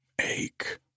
Ache